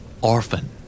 Orphan